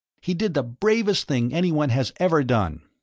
he did the bravest thing anyone has ever done.